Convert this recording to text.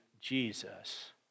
Jesus